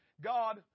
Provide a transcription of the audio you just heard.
God